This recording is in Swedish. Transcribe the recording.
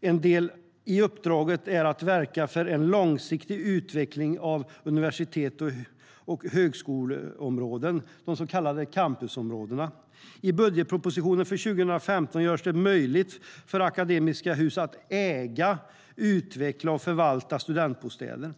En del i uppdraget är att verka för en långsiktig utveckling av universitets och högskoleområden, de så kallade campusområdena. I budgetpropositionen för 2015 görs det möjligt för Akademiska Hus att äga, utveckla och förvalta studentbostäder.